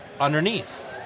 underneath